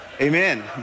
Amen